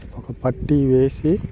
ఒక పట్టి వేసి